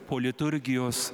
po liturgijos